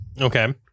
okay